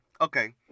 okay